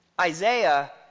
Isaiah